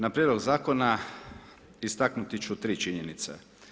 Na prijedlog zakona istaknuti ću tri činjenice.